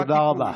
תודה רבה.